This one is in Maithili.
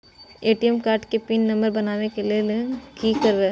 ए.टी.एम कार्ड के पिन नंबर बनाबै के लेल की करिए?